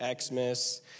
Xmas